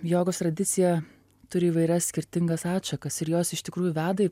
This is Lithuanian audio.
jogos tradicija turi įvairias skirtingas atšakas ir jos iš tikrųjų veda į